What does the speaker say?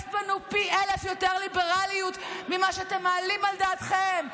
יש לנו פי אלף יותר ליברליות ממה שאתם מעלים על דעתכם.